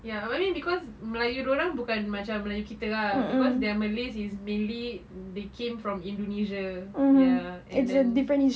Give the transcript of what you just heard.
ya then cause melayu dorang bukan macam melayu kita ah cause their malay is mainly they came from indonesia ya and then